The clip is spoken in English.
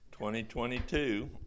2022